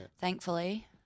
thankfully